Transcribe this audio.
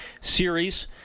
Series